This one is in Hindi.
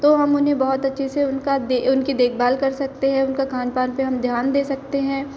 तो हम उन्हें बहुत अच्छे से उनका उनके देख भाल कर सकते हैं उनका खानपान पर हम ध्यान दे सकते हैं